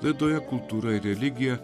laidoje kultūra religija